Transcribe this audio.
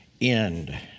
end